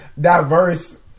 diverse